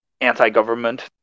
anti-government